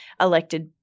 elected